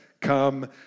come